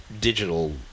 digital